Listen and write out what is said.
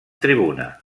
tribuna